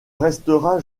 restera